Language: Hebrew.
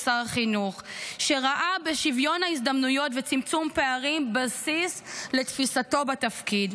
כשר חינוך שראה בשוויון ההזדמנויות וצמצום פערים בסיס לתפיסתו בתפקיד.